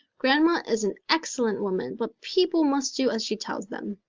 grandma is an excellent woman but people must do as she tells them.